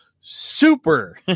super